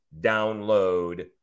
download